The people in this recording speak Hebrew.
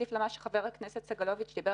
להוסיף לדברי חבר הכנסת סגלוביץ' שדיבר